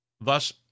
Thus